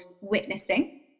witnessing